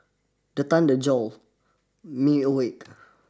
the thunder jolt me awake